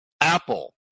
Apple